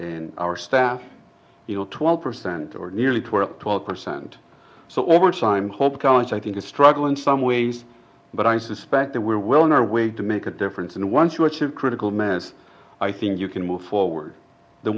and our staff you know twelve percent or nearly tore up twelve percent so over time hold college i think a struggle in some ways but i suspect that we're well on our way to make a difference and once you achieve critical mass i think you can move forward the